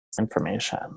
information